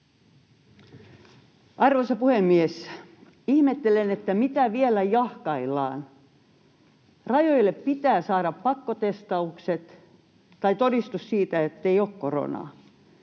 Arvoisa puhemies! Ihmettelen, mitä vielä jahkaillaan. Rajoille pitää saada pakkotestaukset tai todistus siitä, ettei ole koronaa.